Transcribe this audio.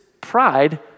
pride